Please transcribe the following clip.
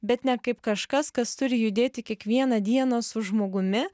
bet ne kaip kažkas kas turi judėti kiekvieną dieną su žmogumi